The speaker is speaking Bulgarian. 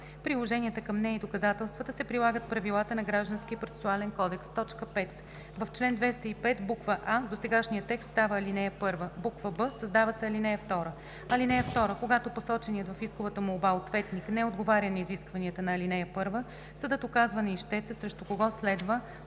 приложенията към нея и доказателствата се прилагат правилата на Гражданския процесуален кодекс.“ 5. В чл. 205: а) досегашният текст става ал. 1; б) създава се ал. 2: „(2) Когато посоченият в исковата молба ответник не отговаря на изискванията на ал. 1, съдът указва на ищеца срещу кого следва